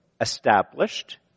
established